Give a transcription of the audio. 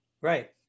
Right